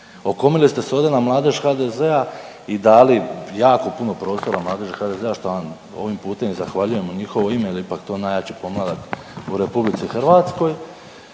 Okomili ste se ovdje na Mladež HDZ-a i dali jako puno prostora Mladeži HDZ-a, što vam ovim putem i zahvaljujem u njihovo ime jer je ipak to najveći pomladak u RH, okomili ste